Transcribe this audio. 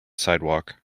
sidewalk